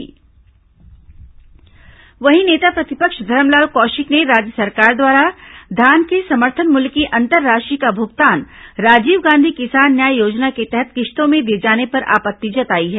भाजपा आरोप वहीं नेता प्रतिपक्ष धरमलाल कौशिक ने राज्य सरकार द्वारा धान के समर्थन मूल्य की अंतर राशि का भुगतान राजीव गांधी किसान न्याय योजना के तहत किश्तों में दिए जाने पर आपत्ति जताई है